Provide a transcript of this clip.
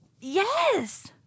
yes